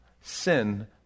Sin